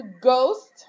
Ghost